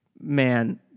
man